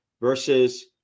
versus